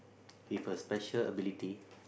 with a special ability